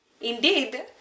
Indeed